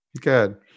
Good